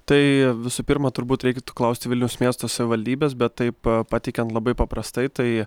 tai visų pirma turbūt reiktų klausti vilniaus miesto savivaldybės bet taip a pateikiant labai paprastai tai